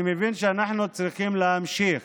אני מבין שאנחנו צריכים להמשיך